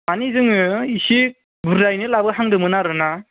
माने जोङो इसे बुरजायैनो लाबोहांदोंमोन आरोना